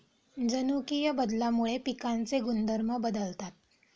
जनुकीय बदलामुळे पिकांचे गुणधर्म बदलतात